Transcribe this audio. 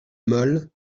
mole